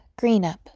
Greenup